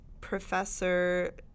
Professor